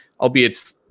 albeit